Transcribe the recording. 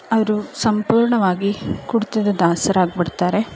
ಅವರು ಸಂಪೂರ್ಣವಾಗಿ ಕುಡಿತದ ದಾಸರಾಗಿಬಿಡ್ತಾರೆ